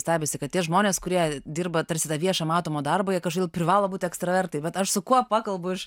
stebisi kad tie žmonės kurie dirba tarsi tą viešą matomą darbą jie kažkodėl privalo būt ekstravertai vat aš su kuo pakalbu iš